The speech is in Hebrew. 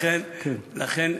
לכן,